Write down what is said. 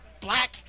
black